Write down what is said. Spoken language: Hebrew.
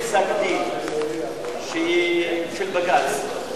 אני אגיד לך: בידנו פסק-דין של בג"ץ,